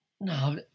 No